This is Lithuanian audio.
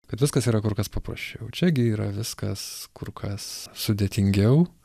kad viskas yra kur kas paprasčiau čia gi yra viskas kur kas sudėtingiau